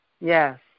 Yes